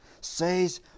says